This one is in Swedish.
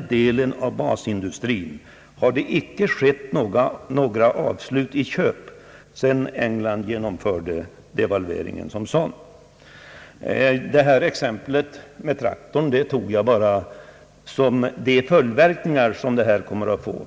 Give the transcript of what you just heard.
delen av skogsbrukets basindustrier inte gjorts några avslut eller köp sedan England genomförde devalveringen. Exemplet med traktorer anförde jag bara för att belysa de följdverkningar som devalveringen kommer att få.